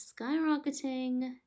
skyrocketing